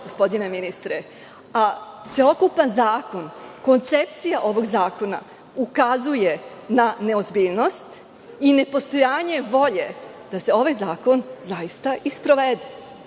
gospodine ministre. Celokupan zakon, koncepcija ovog zakona ukazuje na neozbiljnost i na nepostojanje volje da se ovaj zakon zaista i